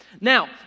Now